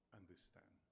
understand